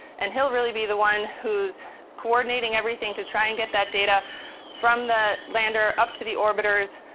and he'll really be the one who's coordinating everything to try and get that data from the lander up to the orbiters,